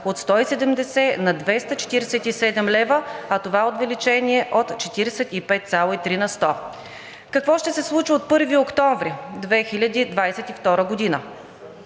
от 170 на 247 лв., а това увеличение е от 42,3 на сто. Какво ще се случи от 1 октомври 2022 г.?